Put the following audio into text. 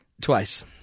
Twice